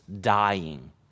dying